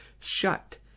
shut